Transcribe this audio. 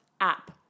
App